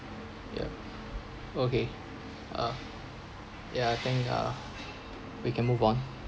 ya okay uh ya I think uh we can move on